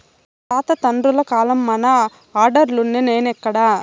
మా తాత తండ్రుల కాలంల మన ఆర్డర్లులున్నై, నేడెక్కడ